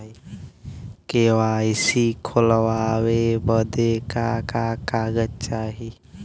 KYC खोलवावे बदे का का कागज चाही?